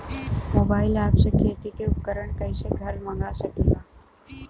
Mobile ऐपसे खेती के उपकरण कइसे घर मगा सकीला?